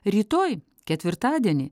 rytoj ketvirtadienį